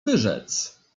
wyrzec